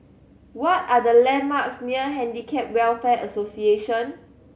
what are the landmarks near Handicap Welfare Association